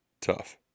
Tough